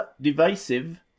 divisive